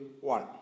one